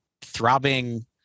throbbing